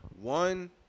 One